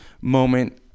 moment